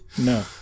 No